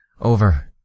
Over